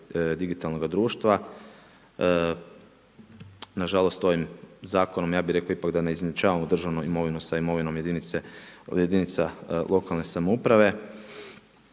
digitalnoga društva? Nažalost ovim zakonom ja bih rekao ipak da ne izjednačavamo državnu imovinu sa imovinom jedinica lokalne samouprave